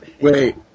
Wait